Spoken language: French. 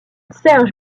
serge